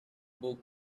book